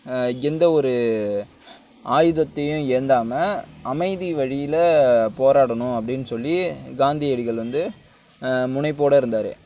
எந்த ஒரு ஆயுதத்தையும் ஏந்தாமல் அமைதி வழியில் போராடணும் அப்படின் சொல்லி காந்தியடிகள் வந்து முனைப்போடு இருந்தார்